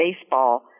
baseball